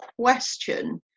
question